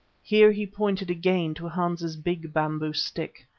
here he pointed again to hans's big bamboo stick.